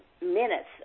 minutes